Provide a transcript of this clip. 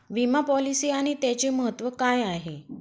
विमा पॉलिसी आणि त्याचे महत्व काय आहे?